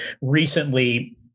recently